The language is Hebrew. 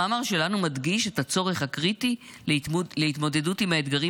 המאמר שלנו מדגיש את הצורך הקריטי להתמודדות עם האתגרים